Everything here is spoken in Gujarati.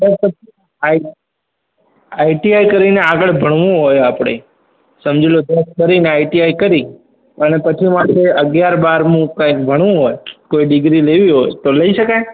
સર પછી આઈ આઈ ટી આઈ કરીને આગળ ભણવું હોય આપણે સમજી લો દસ કરીને આઇ ટી આઈ કરી અને પછી મારે અગિયાર બારમું કંઈક ભણવું હોય કોઈ ડિગ્રી લેવી હોઈ તો લઈ શકાય